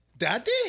daddy